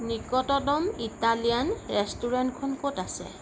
নিকটতম ইটালিয়ান ৰেষ্টুৰেণ্টখন ক'ত আছে